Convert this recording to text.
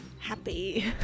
Happy